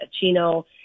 Chino